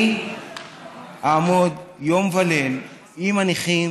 אני אעמוד יום וליל עם הנכים